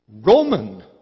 Roman